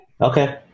Okay